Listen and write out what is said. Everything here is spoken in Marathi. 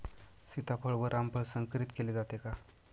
सीताफळ व रामफळ संकरित केले जाते का?